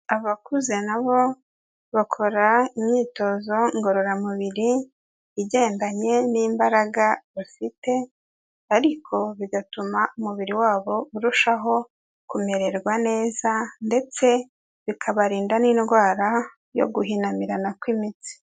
Abakuze na bo bakora imyitozo ngororamubiri igendanye n'imbaraga bafite, ariko bigatuma umubiri wabo urushaho kumererwa neza ndetse bikabarinda n'indwara yo guhinamirana kw'imitsi.